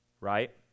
right